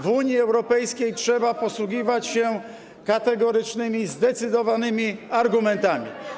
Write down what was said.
W Unii Europejskiej trzeba posługiwać się kategorycznymi, zdecydowanymi argumentami.